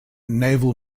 naval